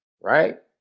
right